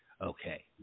Okay